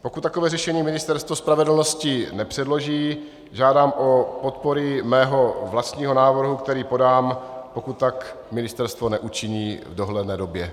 Pokud takové řešení Ministerstvo spravedlnosti nepředloží, žádám o podporu mého vlastního návrhu, který podám, pokud tak ministerstvo neučiní v dohledné době.